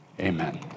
amen